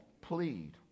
plead